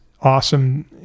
awesome